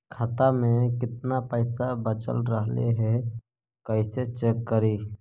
खाता में केतना पैसा बच रहले हे कैसे चेक करी?